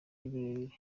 birebire